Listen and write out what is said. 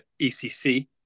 ECC